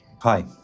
Hi